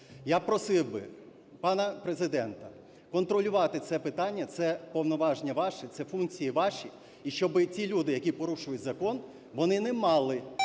Я просив би пана Президента контролювати це питання. Це повноваження ваші, це функції ваші. І щоб ті люди, які порушують закон, вони не мали